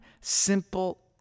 simple